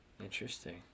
Interesting